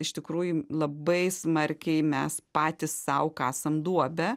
iš tikrųjų labai smarkiai mes patys sau kasam duobę